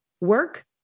Work